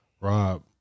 Rob